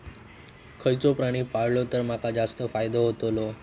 खयचो प्राणी पाळलो तर माका जास्त फायदो होतोलो?